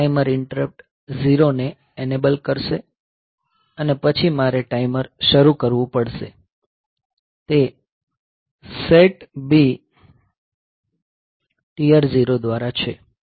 આ timer interrupt 0 ને enable કરશે અને પછી મારે ટાઈમર શરૂ કરવું પડશે તે SETB TR0 દ્વારા છે